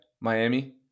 Miami